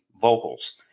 vocals